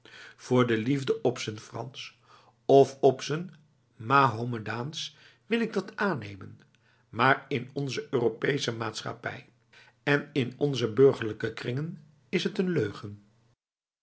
voor de liefde op z'n frans of op z'n mahomedaans wil ik dat aannemen maar in onze europese maatschappij en in onze burgerlijke kringen is het een leugen